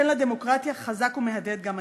כן לדמוקרטיה" חזק ומהדהד גם היום,